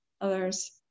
others